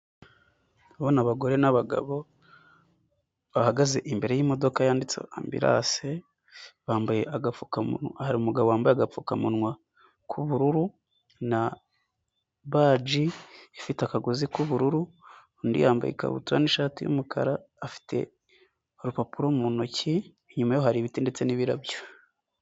Ndabona abagore n'abagabo bahagaze imbere y'imodoka yanditseho ambirase, bambaye agapfukamunwa, hari umugabo wambaye agapfukamunwa k'ubururu na baji ifite akagozi k'ubururu, undi yambaye ikabutura n'ishati y'umukara afite agapapuro mu ntoki, inyuma hari ibiti ndetse n'ibirabyo.